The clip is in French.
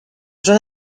jeune